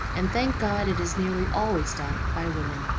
and thank god it is nearly always done by women.